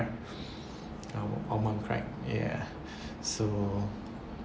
our mum cried ya so